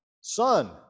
Son